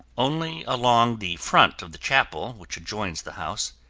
only along the front of the chapel which adjoins the house,